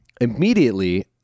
immediately